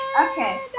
okay